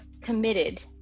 committed